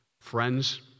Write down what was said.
friends